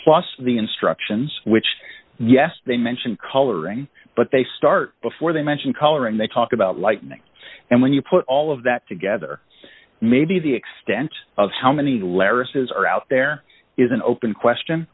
plus the instructions which yes they mention coloring but they start before they mention color and they talk about lightning and when you put all of that together maybe the extent of how many letters has are out there is an open question